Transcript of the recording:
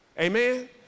Amen